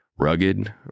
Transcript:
Rugged